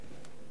אני מאמין